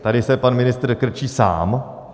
Tady se pan ministr krčí sám.